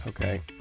Okay